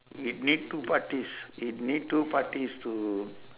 it need two parties it need two parties to